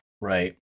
right